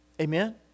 Amen